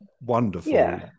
Wonderful